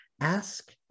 Ask